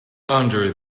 under